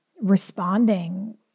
responding